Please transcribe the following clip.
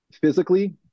Physically